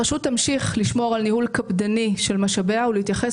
הרשות תמשיך לשמור על ניהול קפדני של משאביה ולהתייחס